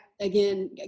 again